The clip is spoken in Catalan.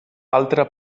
altra